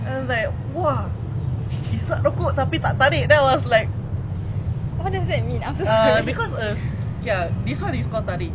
what does that mean I'm so sorry